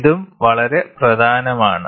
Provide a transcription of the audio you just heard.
ഇതും വളരെ പ്രധാനമാണ്